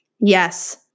Yes